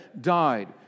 died